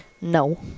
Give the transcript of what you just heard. No